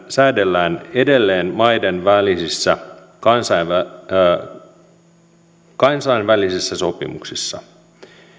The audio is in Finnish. säädellään edelleen maiden välisissä kansainvälisissä sopimuksissa